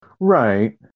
Right